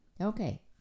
Okay